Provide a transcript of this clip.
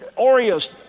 Oreos